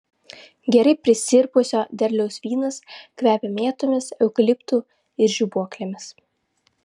gerai prisirpusio derliaus vynas kvepia mėtomis eukaliptu ir žibuoklėmis